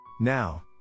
Now